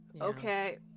okay